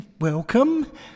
Welcome